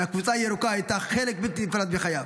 והקבוצה הירוקה הייתה חלק בלתי נפרד מחייו.